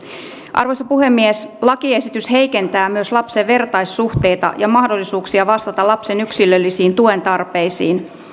arvoisa puhemies lakiesitys heikentää myös lapsen vertaissuhteita ja mahdollisuuksia vastata lapsen yksilöllisiin tuen tarpeisiin